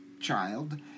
child